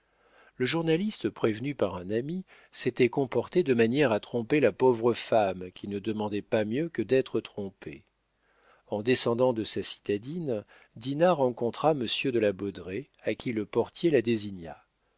le journaliste prévenu par un ami s'était comporté de manière à tromper la pauvre femme qui ne demandait pas mieux que d'être trompée en descendant de sa citadine dinah rencontra monsieur de la baudraye à qui le portier la désigna